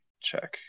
check